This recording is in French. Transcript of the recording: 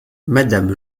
madame